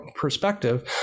perspective